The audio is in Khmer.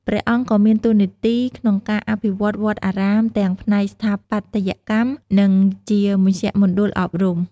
ព្រះអង្គក៏មានតួនាទីក្នុងការអភិវឌ្ឍវត្តអារាមទាំងផ្នែកស្ថាបត្យកម្ម និងជាមជ្ឈមណ្ឌលអប់រំ។